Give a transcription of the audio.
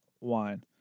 wine